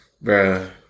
bro